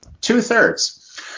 Two-thirds